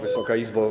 Wysoka Izbo!